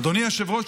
אדוני היושב-ראש,